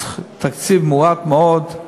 תקציב מועט מאוד,